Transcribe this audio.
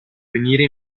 venire